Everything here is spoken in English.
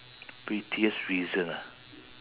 pettiest reason ah